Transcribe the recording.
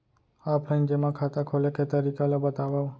Offline जेमा खाता खोले के तरीका ल बतावव?